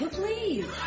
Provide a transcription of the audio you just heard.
please